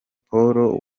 paul